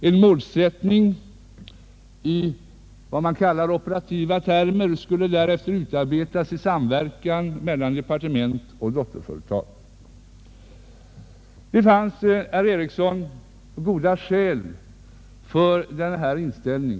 En målsättning i vad man kallar operativa termer skulle därefter utarbetas i samverkan mellan departement och dotterföretag. Det fanns, herr Ericsson, goda skäl för denna inställning.